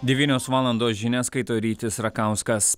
devynios valandos žinias skaito rytis rakauskas